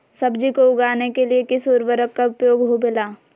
सब्जी को उगाने के लिए किस उर्वरक का उपयोग होबेला?